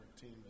team